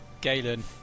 Galen